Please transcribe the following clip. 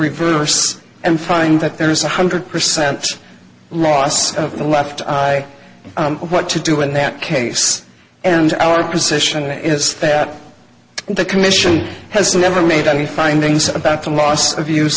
reverse and find that there is one hundred percent loss of the left eye what to do in that case and our position is that the commission has never made any findings about the loss of use